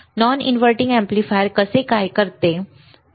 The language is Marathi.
नॉन इनव्हर्टिंग एम्पलीफायर कसे कार्य करते